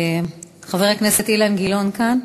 חבר הכנסת אילן גילאון כאן?